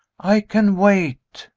i can wait,